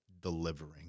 delivering